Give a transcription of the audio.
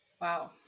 Wow